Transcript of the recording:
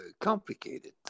complicated